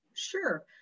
Sure